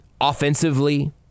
offensively